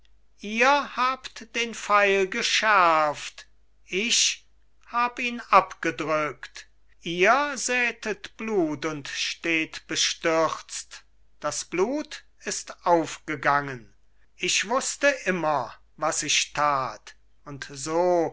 ihr habt den pfeil geschärft ich hab ihn abgedrückt ihr sätet blut und steht bestürzt daß blut ist aufgegangen ich wußte immer was ich tat und so